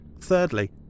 Thirdly